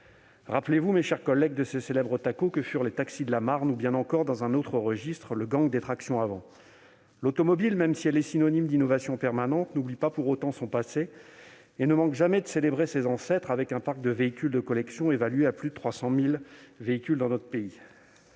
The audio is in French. Rappelez-vous, mes chers collègues, ces célèbres tacots que furent les taxis de la Marne ou bien encore, dans un autre registre, le gang des tractions avant. L'automobile, même si elle est synonyme d'innovations permanentes, n'oublie pas pour autant son passé et ne manque jamais de célébrer ses ancêtres, avec un parc de véhicules de collection évalué à près de 300 000 dans notre pays.